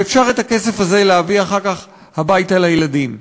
ואפשר את הכסף הזה להביא אחר כך הביתה לילדים.